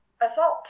assault